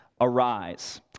Arise